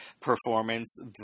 Performance